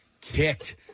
kicked